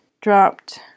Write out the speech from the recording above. dropped